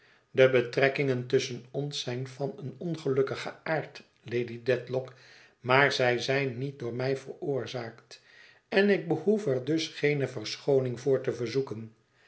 de betrekkingen tusschen ons zijn van een ongelukkigen aard lady dedlock maar zij zijn niet door mij veroorzaakt en ik behoef er dus geene verschooning voor te verzoeken